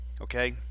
okay